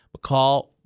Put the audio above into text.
McCall